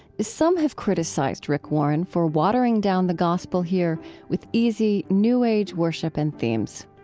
some have criticized rick warren for watering down the gospel here with easy, new age worship and themes.